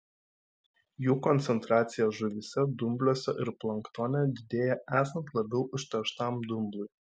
jų koncentracija žuvyse dumbliuose ir planktone didėja esant labiau užterštam dumblui